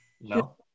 No